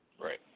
Right